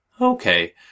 Okay